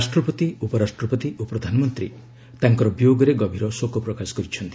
ରାଷ୍ଟ୍ରପତି ଉପରାଷ୍ଟ୍ରପତି ଓ ପ୍ରଧାନମନ୍ତ୍ରୀ ତାଙ୍କର ବିୟୋଗରେ ଗଭୀର ଶୋକ ପ୍ରକାଶ କରିଛନ୍ତି